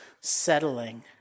settling